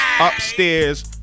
Upstairs